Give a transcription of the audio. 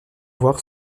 voir